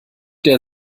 der